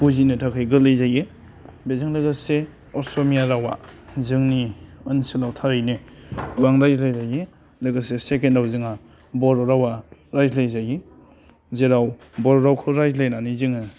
बुजिनो थाखाय गोरलै जायो बेजों लोगोसे असमिया रावा जोंनि ओनसोलाव थारैनो गोबां रायज्लाय जायो लोगोसे सेकेन्डाव जोंहा बर' रावा रायज्लाय जायो जेराव बर' रावखौ रायज्लायनानै जोङो